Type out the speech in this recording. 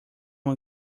uma